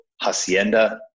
hacienda